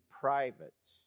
private